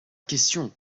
question